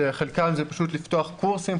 חלקם זה פשוט לפתוח קורסים,